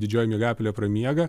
didžioji miegapelė pramiega